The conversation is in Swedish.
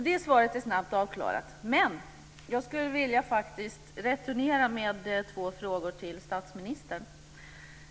Det svaret är alltså snabbt avklarat. Men jag skulle vilja returnera med två frågor till statsministern.